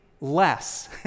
less